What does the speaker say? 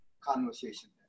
conversation